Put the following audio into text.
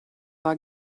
war